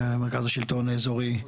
מרכז השלטון האזורי.